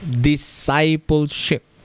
discipleship